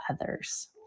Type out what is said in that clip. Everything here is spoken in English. others